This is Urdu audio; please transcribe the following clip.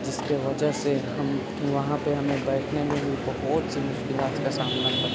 جس کی وجہ سے ہم وہاں پہ ہمیں بیٹھنے میں بھی بہت سی مشکلات کا سامنا کرنا